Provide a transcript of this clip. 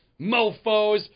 mofos